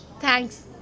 Thanks